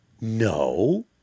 No